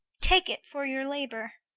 take it for your labour.